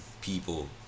people